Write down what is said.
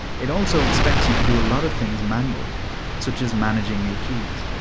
it also expects you to do lots of things manually such as managing your keys.